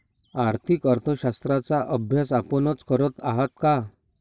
आर्थिक अर्थशास्त्राचा अभ्यास आपणच करत आहात का?